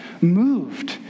moved